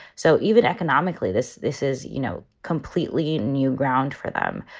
so even economically, this this is, you know, completely new ground for them.